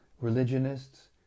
religionists